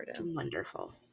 Wonderful